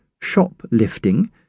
shoplifting